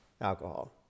alcohol